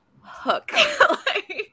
hook